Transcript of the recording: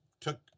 took